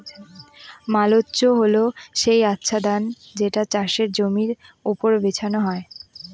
mulch হল সেই আচ্ছাদন যেটা চাষের জমির ওপর বিছানো হয়